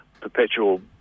perpetual